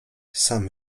sam